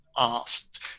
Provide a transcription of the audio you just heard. asked